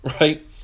right